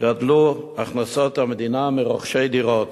גדלו הכנסות המדינה מרוכשי דירות.